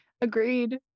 Agreed